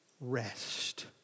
rest